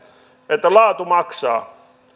että laatu maksaa